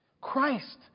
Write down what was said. Christ